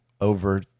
over